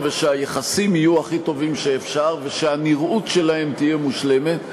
ושהיחסים יהיו הכי טובים שאפשר ושהנראות שלהם תהיה מושלמת.